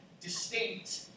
distinct